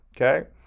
okay